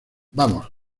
vamos